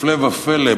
הפלא ופלא,